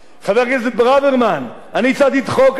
אני הצעתי את חוק מתקני השהייה.